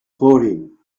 chlorine